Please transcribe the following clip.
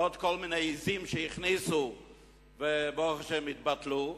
ועוד כל מיני עזים שהכניסו וברוך השם התבטלו.